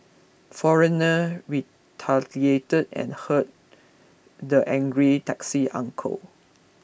foreigner retaliated and hurt the angry taxi uncle